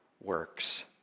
works